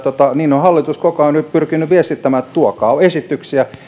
niin on hallitus koko ajan nyt pyrkinyt viestittämään että tuokaa esityksiä